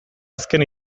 azken